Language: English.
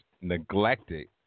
neglected